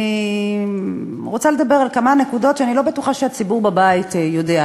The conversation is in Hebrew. אני רוצה לדבר על כמה נקודות שאני לא בטוחה שהציבור בבית יודע.